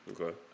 Okay